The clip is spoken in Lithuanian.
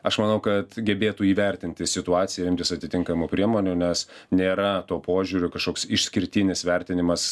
aš manau kad gebėtų įvertinti situaciją ir imtis atitinkamų priemonių nes nėra tuo požiūriu kažkoks išskirtinis vertinimas